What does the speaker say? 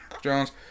Jones